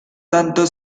tanto